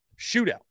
shootout